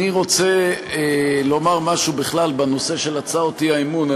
אני רוצה לומר משהו בכלל בנושא של הצעות האי-אמון.